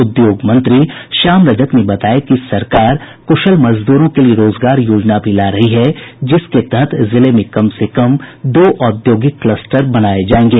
उद्योग मंत्री श्याम रजक ने बताया कि सरकार कुशल मजदूरों के लिये रोजगार योजना भी ला रही है जिसके तहत जिले में कम से कम दो औद्योगिक कलस्टर बनाये जायेंगे